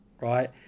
right